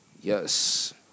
Yes